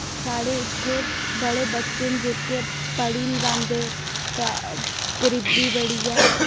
साढ़े इत्थै बड़े बच्चे न जेह्के पढ़ी निं पांदे प गरीबी बड़ी ऐ